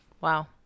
Wow